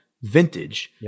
Vintage